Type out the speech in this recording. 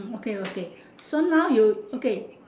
okay okay so now you okay